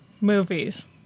Movies